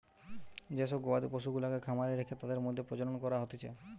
যে সব গবাদি পশুগুলাকে খামারে রেখে তাদের মধ্যে প্রজনন করা হতিছে